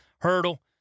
hurdle